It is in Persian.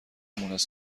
مونس